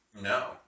No